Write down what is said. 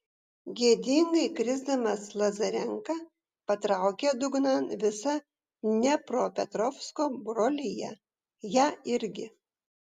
gėdingai krisdamas lazarenka patraukė dugnan visą dniepropetrovsko broliją ją irgi